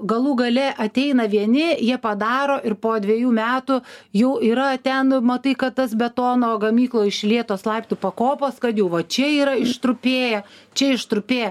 galų gale ateina vieni jie padaro ir po dvejų metų jau yra ten matai kad tas betono gamykloj išlietos laiptų pakopos kad jau va čia yra ištrupėję čia ištrupėję